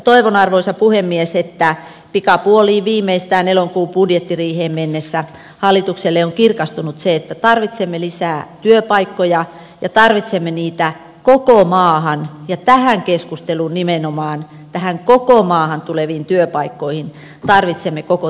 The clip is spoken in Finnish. toivon arvoisa puhemies että pikapuoliin viimeistään elokuun budjettiriiheen mennessä hallitukselle on kirkastunut se että tarvitsemme lisää työpaikkoja ja tarvitsemme niitä koko maahan ja tähän keskusteluun nimenomaan koko maahan tuleviin työpaikkoihin tarvitsemme koko työmarkkinakentän